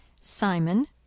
Simon